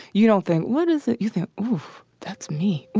you don't think, what is it? you think that's me?